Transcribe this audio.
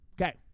Okay